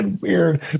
weird